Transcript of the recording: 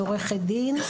היא עורכת דין,